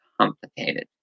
complicated